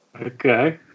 Okay